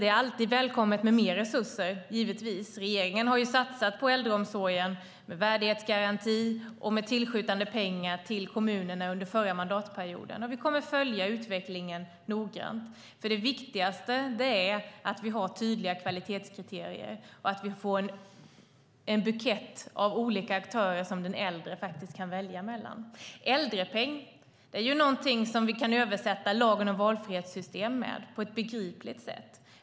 Det är givetvis alltid välkommet med mer resurser. Regeringen har satsat på äldreomsorgen genom en värdighetsgaranti och genom att tillskjuta pengar till kommunerna under förra mandatperioden, och vi kommer att följa utvecklingen noga. Det viktigaste är att vi har tydliga kvalitetskriterier och att vi får en bukett av olika aktörer som de äldre kan välja mellan. Äldrepeng är någonting som vi på ett begripligt sätt kan översätta lagen om valfrihetssystem med.